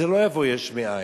זה לא יבוא יש מאין.